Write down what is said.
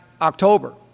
October